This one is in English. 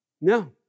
No